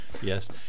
Yes